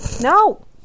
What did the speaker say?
No